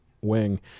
wing